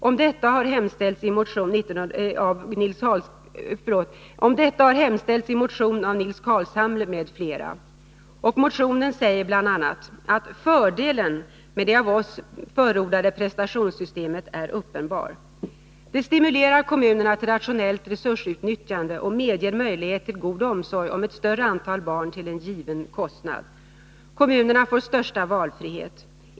Om detta har hemställts i en motion av Nils Carlshamre m.fl. Motionen säger bl.a.: ”Fördelen med det av oss förordade prestationssystemet är uppenbar. Det stimulerar kommunerna till rationellt resursutnyttjande och medger möjlighet till god omsorg om ett större antal barn till en given kostnad. Kommunerna får största valfrihet.